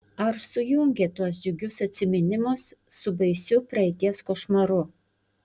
ar sujungė tuos džiugius atsiminimus su baisiu praeities košmaru